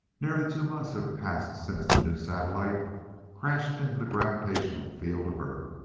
nearly two months have passed since the new satellite crashed into the gravitational field of earth,